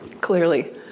Clearly